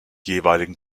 jeweiligen